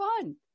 fun